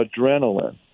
adrenaline